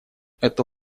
это